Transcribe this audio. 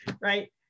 right